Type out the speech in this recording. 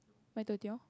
my